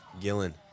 Gillen